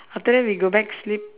after that we go back sleep